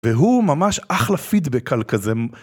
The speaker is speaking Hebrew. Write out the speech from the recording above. והוא ממש אחלה פידבק על כזה מ...